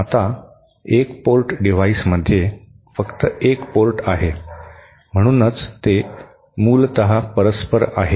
आता 1 पोर्ट डिव्हाइसमध्ये फक्त एक पोर्ट आहे म्हणूनच ते मूलत परस्पर आहे